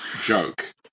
joke